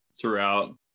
Throughout